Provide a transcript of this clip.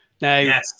Now